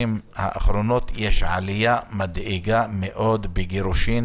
האחרונות יש עלייה מדאיגה מאוד בגירושין.